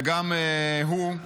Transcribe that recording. וגם הוא,